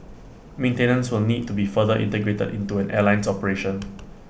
maintenance will need to be further integrated into an airline's operation